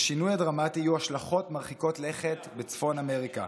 לשינוי הדרמטי יהיו השלכות מרחיקות לכת בצפון אמריקה.